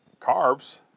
carbs